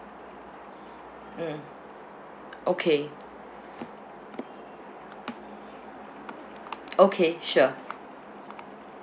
mm okay okay sure